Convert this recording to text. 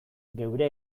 geure